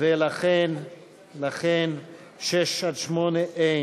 6 8, אין.